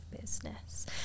business